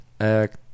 act